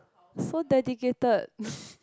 so dedicated